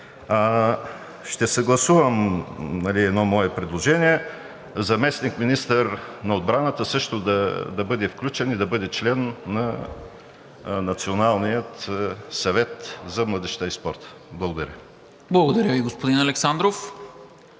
Ще съгласувам едно мое предложение – заместник-министър на отбраната също да бъде включен и да бъде член на Националния съвет за младежта и спорта. Благодаря. ПРЕДСЕДАТЕЛ НИКОЛА МИНЧЕВ: Благодаря Ви, господин Александров.